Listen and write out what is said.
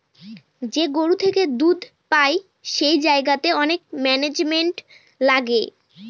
যে গরু থেকে দুধ পাই সেই জায়গাতে অনেক ম্যানেজমেন্ট লাগে